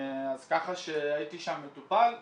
אז ככה שהייתי שם מטופל.